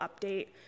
update